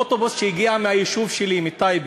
אוטובוס שהגיע מהיישוב שלי, מטייבה,